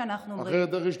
אחרת איך ישתתפו?